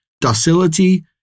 docility